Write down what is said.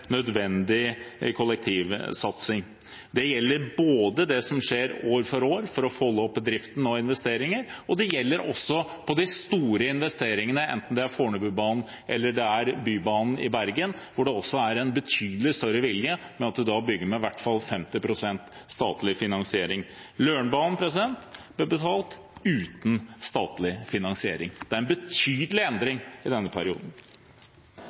nødvendig kollektivsatsing. Det gjelder det som skjer år for år for å holde oppe driften og for å få investeringer. De store investeringene, enten det er Fornebubanen eller Bybanen i Bergen, hvor det også er en betydelig større vilje, bygger en med i hvert fall 50 pst. statlig finansiering. Lørenbanen ble betalt uten statlig finansiering. Det er en betydelig endring i denne perioden.